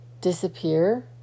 disappear